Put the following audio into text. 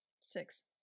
Six